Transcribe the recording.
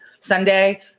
Sunday